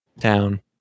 town